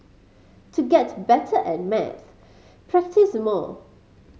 to get better at maths practise more